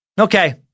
Okay